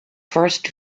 first